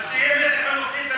אז שיהיה מסר חינוכי,